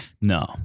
No